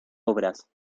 obras